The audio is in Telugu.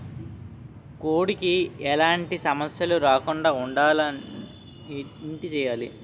కోడి కి ఎలాంటి సమస్యలు రాకుండ ఉండడానికి ఏంటి చెయాలి?